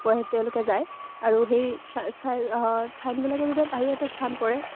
ব তেওঁলোকে যায় আৰু সেই স্থাই স্থাই ঠাইবিলাকৰ ভিতৰত আৰু এটা স্থান পৰে